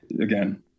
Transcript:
again